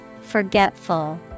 Forgetful